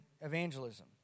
evangelism